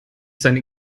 seine